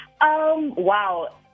Wow